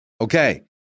Okay